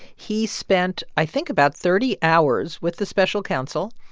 he spent, i think, about thirty hours with the special counsel,